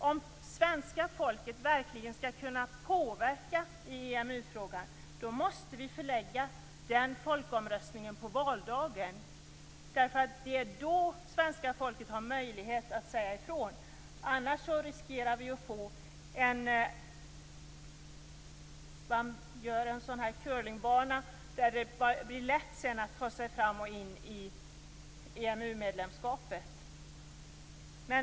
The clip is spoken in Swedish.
Om svenska folket verkligen skall kunna påverka i EMU-frågan, då måste denna folkomröstning förläggas till den ordinarie valdagen, eftersom det är då som svenska folket har möjlighet att säga ifrån, annars riskerar man att det blir som på en curlingbana, dvs. att det blir lätt att ta sig fram och in i EMU medlemskapet.